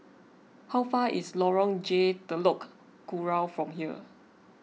how far is Lorong J Telok Kurau from here